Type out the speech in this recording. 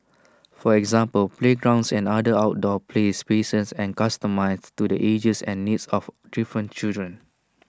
for example playgrounds and other outdoor play spaces and customised to the ages and needs of different children